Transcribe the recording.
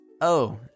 Oh